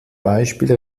beispiel